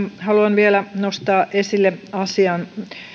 haluan vielä nostaa esille asian